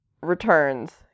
Returns